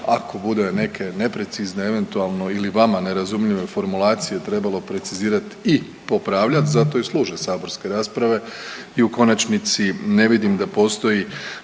ako bude neke neprecizne eventualno ili vama nerazumljive formulacije trebalo precizirati i popravljat zato i služe saborske rasprave. I u konačnici ne vidim da postoji